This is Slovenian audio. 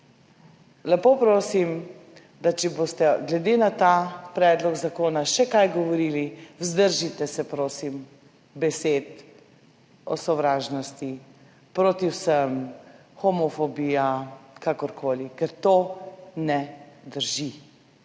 Lepo prosim, če boste glede tega predloga zakona še kaj govorili, da se vzdržite besed o sovražnosti proti vsem, homofobiji, kakorkoli, ker to ne drži.